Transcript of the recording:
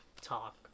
talk